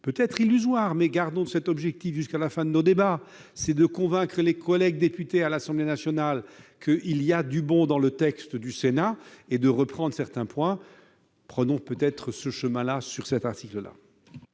est-il illusoire, mais conservons-le jusqu'à la fin de nos débats -étant de convaincre les collègues députés à l'Assemblée nationale qu'il y a du bon dans le texte du Sénat et qu'ils doivent en reprendre certains éléments. Prenons peut-être ce chemin-là sur cet article-là.